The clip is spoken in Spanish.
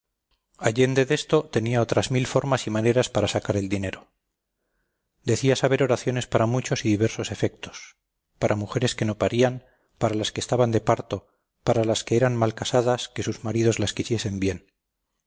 allende desto tenía otras mil formas y maneras para sacar el dinero decía saber oraciones para muchos y diversos efectos para mujeres que no parían para las que estaban de parto para las que eran malcasadas que sus maridos las quisiesen bien